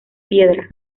piedra